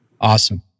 Awesome